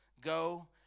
Go